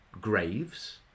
graves